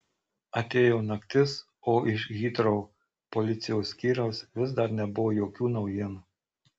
atėjo naktis o iš hitrou policijos skyriaus vis dar nebuvo jokių naujienų